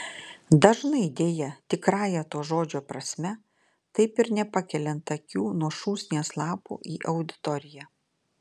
dažnai deja tikrąja to žodžio prasme taip ir nepakeliant akių nuo šūsnies lapų į auditoriją